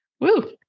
Woo